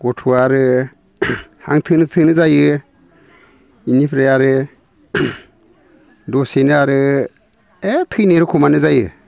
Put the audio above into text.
गथ'आ आरो हां थोनो थोनो जायो इनिफ्राय आरो दसेनो आरो ए थैनाय रखमानो जायो